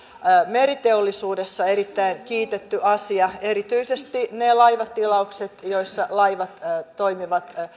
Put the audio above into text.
meriteollisuudessa erittäin kiitetty asia erityisesti niissä laivatilauksissa joissa laivat toimivat